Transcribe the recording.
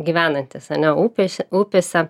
gyvenantis ar ne upėse upėse